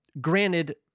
granted